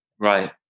Right